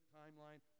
timeline